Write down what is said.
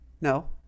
No